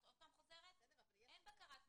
אין, נגמר.